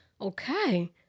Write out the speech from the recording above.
Okay